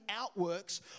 outworks